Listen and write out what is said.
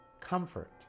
comfort